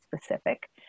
specific